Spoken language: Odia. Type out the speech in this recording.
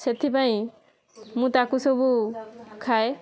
ସେଥିପାଇଁ ମୁଁ ତାକୁ ସବୁ ଖାଏ